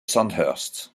sandhurst